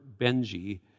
Benji